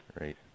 Right